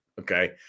Okay